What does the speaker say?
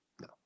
no